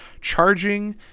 charging